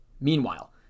Meanwhile